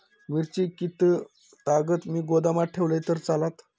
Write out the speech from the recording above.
मिरची कीततागत मी गोदामात ठेवलंय तर चालात?